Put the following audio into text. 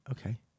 Okay